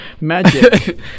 magic